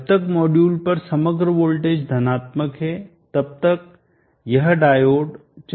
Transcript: जब तक मॉड्यूल पर समग्र वोल्टेज धनात्मक है तब तक यह डायोड चित्र में नहीं आएगा